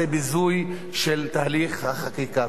זה ביזוי של תהליך החקיקה.